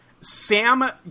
Sam